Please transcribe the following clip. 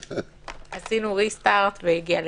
עשינו ריסטרט והוא הגיע לכאן.